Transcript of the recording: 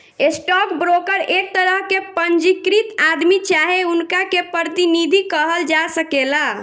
stock broker एक तरह के पंजीकृत आदमी चाहे उनका के प्रतिनिधि कहल जा सकेला